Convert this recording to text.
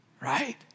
right